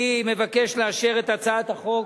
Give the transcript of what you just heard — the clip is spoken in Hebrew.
אני מבקש לאשר את הצעת החוק